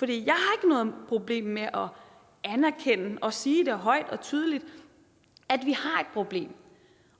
jeg har ikke noget problem med at anerkende og sige det højt og tydeligt, at vi har et problem,